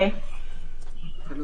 ומה קורה?